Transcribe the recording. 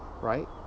right